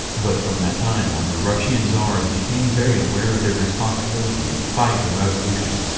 but from that time on the russian tsars became very aware of their responsibility to fight the revolution,